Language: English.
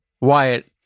Wyatt